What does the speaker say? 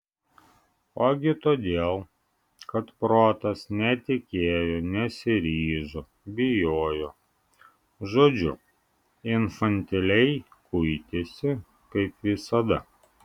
ogi todėl kad protas netikėjo nesiryžo bijojo žodžiu infantiliai kuitėsi kaip visada